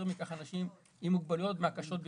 מכך אנשים עם מוגבלויות מהקשות ביותר.